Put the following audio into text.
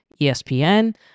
ESPN